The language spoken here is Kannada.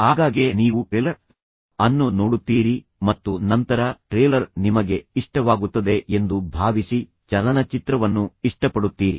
ಆಗಾಗ್ಗೆ ನೀವು ಟ್ರೇಲರ್ ಅನ್ನು ನೋಡುತ್ತೀರಿ ಮತ್ತು ನಂತರ ಟ್ರೇಲರ್ ನಿಮಗೆ ಇಷ್ಟವಾಗುತ್ತದೆ ಎಂದು ಭಾವಿಸಿ ಚಲನಚಿತ್ರವನ್ನು ಇಷ್ಟಪಡುತ್ತೀರಿ